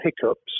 hiccups